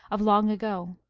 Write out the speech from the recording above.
of long ago.